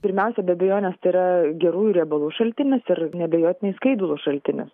pirmiausia be abejonės tai yra gerųjų riebalų šaltinis ir neabejotinai skaidulų šaltinis